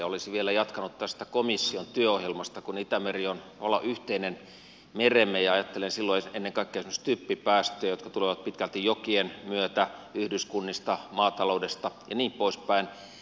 olisin vielä jatkanut tästä komission työohjelmasta kun itämeri on yhteinen meremme ja ajattelen silloin ennen kaikkea esimerkiksi typpipäästöjä jotka tulevat pitkälti jokien myötä yhdyskunnista maataloudesta ja niin poispäin